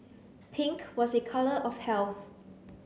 pink was a colour of health